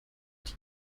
die